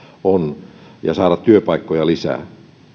on ja pyritty saamaan työpaikkoja lisää